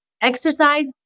Exercise